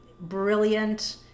brilliant